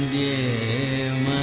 a m